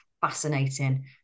fascinating